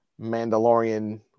Mandalorian